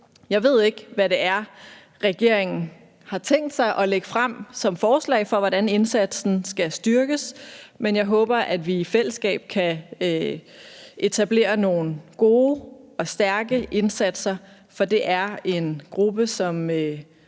Jeg ved ikke, hvad det er, regeringen har tænkt sig at lægge frem som forslag for, hvordan indsatsen skal styrkes, men jeg håber, at vi i fællesskab kan etablere nogle gode og stærke indsatser, for det er en gruppe, som